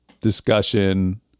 discussion